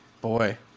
Boy